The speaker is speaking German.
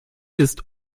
ist